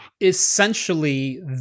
essentially